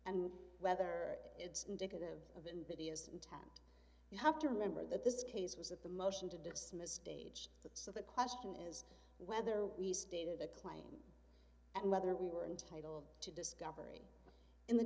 and whether it's indicative of invidious intent you have to remember that this case was at the motion to dismiss stage so the question is whether we stay the claim and whether we were entitled to discovery in the